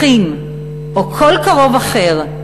אחים או כל קרוב אחר,